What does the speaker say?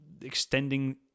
extending